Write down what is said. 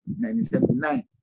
1979